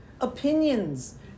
opinions